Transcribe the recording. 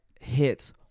hits